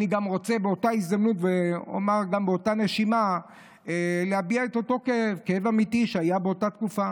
באותה הזדמנות ובאותה נשימה אני רוצה להביע כאב אמיתי שהיה באותה תקופה.